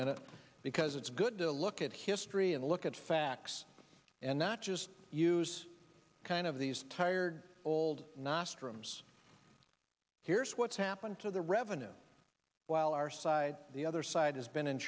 minute because it's good to look at history and look at facts and not just use kind of these tired old nostrums here's what's happened to the revenue while our side the other side has been in